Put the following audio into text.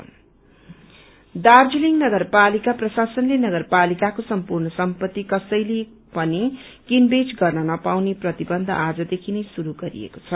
municipality Darjeeling नगरपालिका प्रशासनले नगरपालिकाको सम्पूर्ण सम्पत्ती कसैले पनि किनबेच गर्न नपाउने प्रतिबन्ध आजदेखि श्रुरू गरेको छ